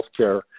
healthcare